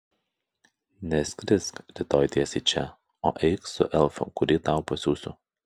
neskrisk rytoj tiesiai čia o eik su elfu kurį tau pasiųsiu